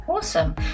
Awesome